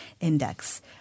index